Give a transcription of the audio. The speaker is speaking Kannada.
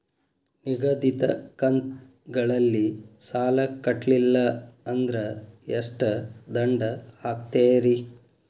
ನಿಗದಿತ ಕಂತ್ ಗಳಲ್ಲಿ ಸಾಲ ಕಟ್ಲಿಲ್ಲ ಅಂದ್ರ ಎಷ್ಟ ದಂಡ ಹಾಕ್ತೇರಿ?